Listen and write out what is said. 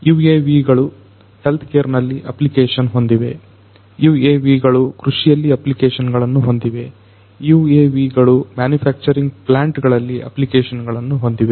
UAV ಗಳು health care ನಲ್ಲಿ application ಹೊಂದಿವೆ UAV ಗಳು ಕೃಷಿಯಲ್ಲಿ ಅಪ್ಲಿಕೇಶನ್ ಗಳನ್ನು ಹೊಂದಿವೆ UAV ಗಳು ಮ್ಯಾನುಫ್ಯಾಕ್ಚರಿಂಗ್ ಪ್ಲಾಂಟ್ ಗಳಲ್ಲಿ ಅಪ್ಲಿಕೇಶನ್ ಗಳನ್ನು ಹೊಂದಿವೆ